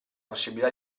possibilità